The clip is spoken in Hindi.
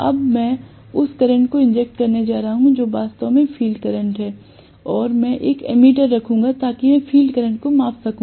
अब मैं उस करंट को इंजेक्ट करने जा रहा हूं जो वास्तव में फील्ड करंट है और मैं एक एमीटर रखूंगा ताकि मैं फील्ड करंट को माप सकूं